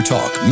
Talk